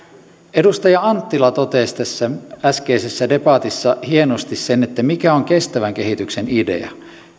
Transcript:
edustaja anttila totesi tässä äskeisessä debatissa hienosti sen mikä on kestävän kehityksen idea